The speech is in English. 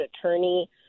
attorney